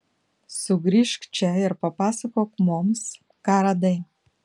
sugrįžk čia ir papasakok mums ką radai